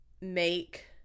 make